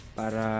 para